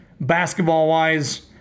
basketball-wise